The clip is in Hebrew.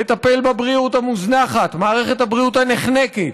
לטפל בבריאות המוזנחת, במערכת הבריאות הנחנקת,